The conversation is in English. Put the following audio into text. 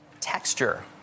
Texture